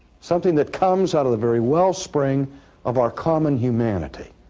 something that comes out of the very wellspring of our common humanity,